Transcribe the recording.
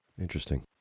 Interesting